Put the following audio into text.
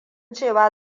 cewa